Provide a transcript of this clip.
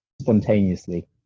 spontaneously